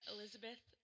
Elizabeth